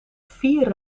vier